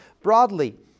broadly